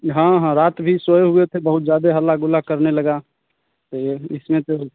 हाँ हाँ रात भी सोए हुए थे बहुत ज़्यादा हल्ला गुल्ला करने लगा तो यह इसमें तो